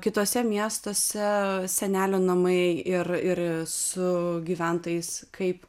kituose miestuose senelių namai ir ir su gyventojais kaip